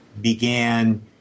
began